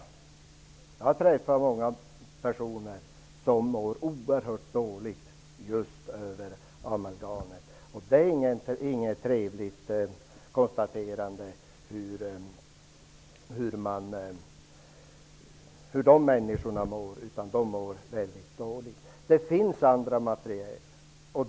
Jag har träffat många personer som mår oerhört dåligt just på grund av amalgamet. Det är inte trevligt att konstatera hur de människorna mår. De mår väldigt dåligt. Det finns andra material.